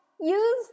use